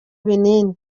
ibinini